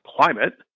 climate